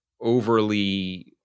overly